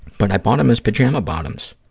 but i bought them as pajama bottoms,